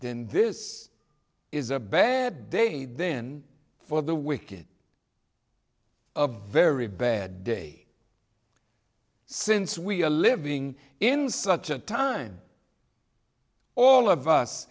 then this is a bad day then for the wicked of very bad day since we are living in such a time all of us